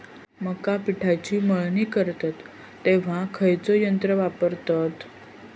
मका पिकाची मळणी करतत तेव्हा खैयचो यंत्र वापरतत?